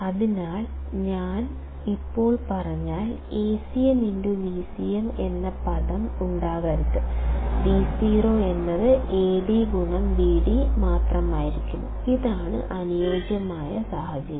അതിനാൽ ഞാൻ ഇപ്പോൾ പറഞ്ഞാൽ Acm Vcm എന്ന പദം ഉണ്ടാകരുത് Vo എന്നത് AdVd മാത്രമായിരിക്കണം ഇതാണ് അനുയോജ്യമായ സാഹചര്യം